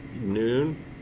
noon